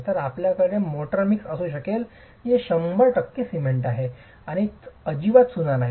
तर आपल्याकडे mortar mix असू शकेल जे 100 टक्के सिमेंट आहे आणि अजिबात चुना नाही